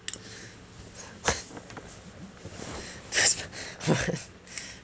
what